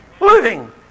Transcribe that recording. Living